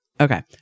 Okay